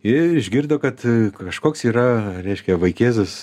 ir išgirdo kad kažkoks yra reiškia vaikėzas